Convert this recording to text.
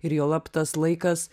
ir juolab tas laikas